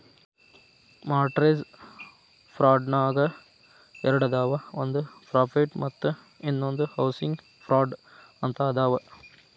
mortgage ಫ್ರಾಡ್ನ್ಯಾಗ ಎರಡದಾವ ಒಂದ್ ಪ್ರಾಫಿಟ್ ಮತ್ತ ಇನ್ನೊಂದ್ ಹೌಸಿಂಗ್ ಫ್ರಾಡ್ ಅಂತ ಅದಾವ